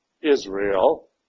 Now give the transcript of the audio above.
Israel